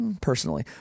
personally